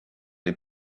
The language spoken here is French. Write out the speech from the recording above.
les